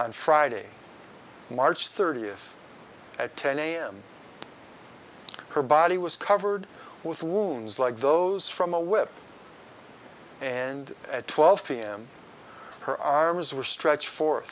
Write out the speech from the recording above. on friday march thirtieth at ten am her body was covered with wounds like those from a web and at twelve pm her arms were stretched for